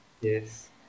Yes